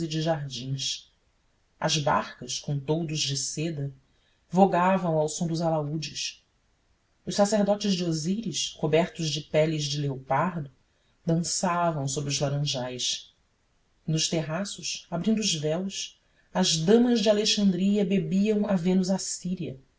de jardins as barcas com toldos de seda vogavam ao som dos alaúdes os sacerdotes de osíris cobertos de peles de leopardo dançavam sob os laranjais e nos terraços abrindo os véus as damas de alexandria bebiam à vênus assíria